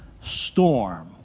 storm